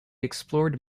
explored